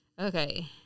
Okay